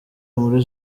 muri